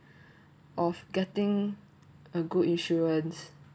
of getting a good insurance